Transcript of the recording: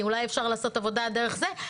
אם אולי אפשר לעשות עבודה דרך זה,